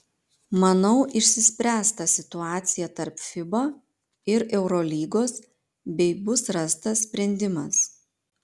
manau išsispręs ta situacija tarp fiba ir eurolygos bei bus rastas sprendimas